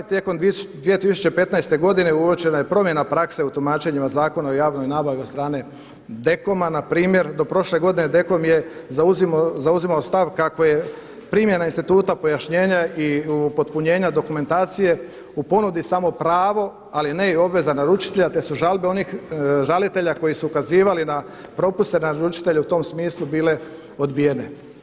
Tijekom 2015. godine uočena je promjena prakse u tumačenjima Zakona o javnoj nabavi od strane DKOM-a npr. do prošle godine DKOM je zauzimao stav kako je primjena instituta pojašnjenja i upotpunjenja dokumentacije u ponudi samo pravo, ali ne i obveza naručitelja te su žalbe onih žalitelja koji su ukazivali na propuste naručitelja u tom smislu bile odbijene.